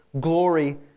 glory